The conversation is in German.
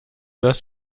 das